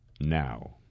now